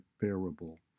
bearable